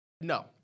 No